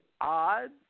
odd